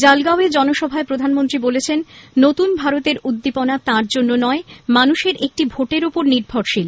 জলগাঁও জনসভায় প্রধানমন্ত্রী বলেছেন নতুন ভারতের উদ্দীপনা তাঁর জন্য নয় মানুষের একটি ভোটের ওপর নির্ভরশীল